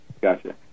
Gotcha